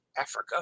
Africa